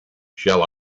shall